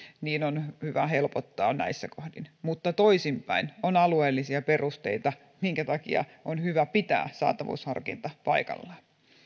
on hyvä helpottaa näissä kohdin mutta toisinpäin on alueellisia perusteita minkä takia on hyvä pitää saatavuusharkinta paikallaan